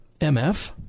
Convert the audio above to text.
MF